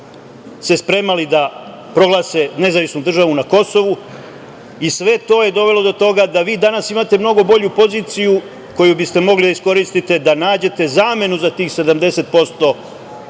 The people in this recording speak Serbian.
se spremali da proglase nezavisnu državu na Kosovu i sve to je dovelo do toga da vi danas imate mnogo bolju poziciju koju biste mogli da iskoristite, da nađete zamenu za tih 70%